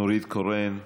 נורית קורן,